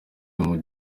muri